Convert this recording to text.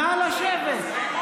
נא לשבת.